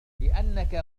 لأنك